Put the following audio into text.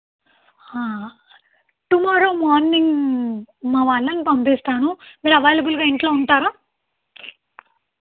tomorrow morning మా వాళ్ళను పంపిస్తాను మీరు అవైలబుల్గా ఇంట్లో ఉంటారా